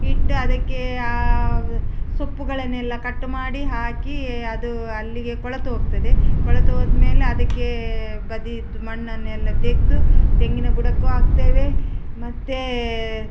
ಇಟ್ಟು ಅದಕ್ಕೆ ಸೊಪ್ಪುಗಳನ್ನೆಲ್ಲ ಕಟ್ ಮಾಡಿ ಹಾಕಿ ಅದು ಅಲ್ಲಿಗೆ ಕೊಳೆತು ಹೋಗ್ತದೆ ಕೊಳೆತು ಹೋದ್ಮೇಲೆ ಅದಕ್ಕೆ ಬದೀದು ಮಣ್ಣನ್ನೆಲ್ಲ ತೆಗೆದು ತೆಂಗಿನ ಬುಡಕ್ಕೂ ಹಾಕ್ತೇವೆ ಮತ್ತು